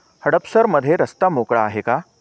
हडपसरमध्ये रस्ता मोकळा आहे का